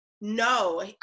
No